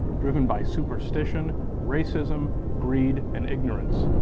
driven by superstition, racism, greed, and ignorance.